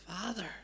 Father